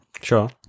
Sure